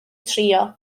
trio